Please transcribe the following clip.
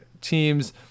teams